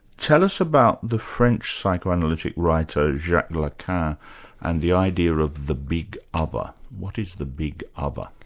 tell us about the french psychoanalytic writer, jacques lacan and the idea of the big other. what is the big other?